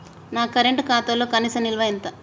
నా కరెంట్ ఖాతాలో కనీస నిల్వ ఎంత?